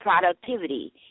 productivity